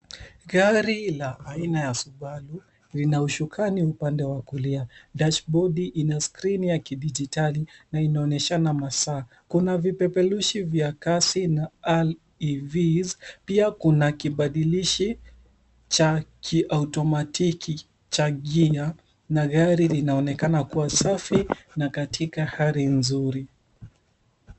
Gari la aina ya Subaru lina usukani upande wa kulia. Dashibodi ina skrini ya kidijitali na inaonyeshana masaa. Kuna vipeperushi vya kazi na REVs . Pia kuna kibadilishi cha ki-automatiki cha gears . Na gari linaonekana kuwa safi na katika hali nzuri.